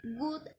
good